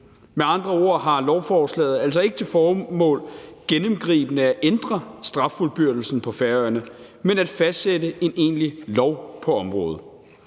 Med andre ord har lovforslaget altså ikke til formål gennemgribende at ændre straffuldbyrdelsen på Færøerne, men at fastsætte en egentlig lov på området.